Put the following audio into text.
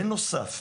בנוסף,